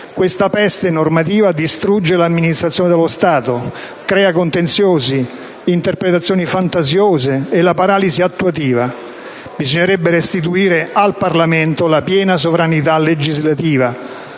Questa peste normativa distrugge l'amministrazione dello Stato, crea i contenziosi, le interpretazioni fantasiose e la paralisi attuativa. Bisognerebbe restituire al Parlamento la piena sovranità legislativa,